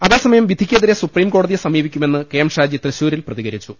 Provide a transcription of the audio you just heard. അതേസമയം വിധിക്കെതിരെ സുപ്രീംകോടതിയെ സമീപി ക്കുമെന്ന് കെഎം ഷാജി തൃശൂരിൽ പ്രതികരിച്ചു